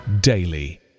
daily